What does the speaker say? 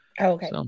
Okay